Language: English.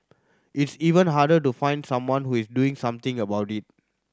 it's even harder to find someone who is doing something about it